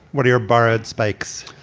what are your burrard spikes?